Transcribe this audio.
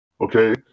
Okay